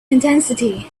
intensity